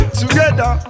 together